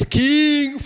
king